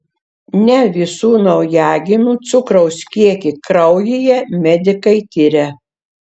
ne visų naujagimių cukraus kiekį kraujyje medikai tiria